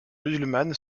musulmane